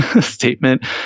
statement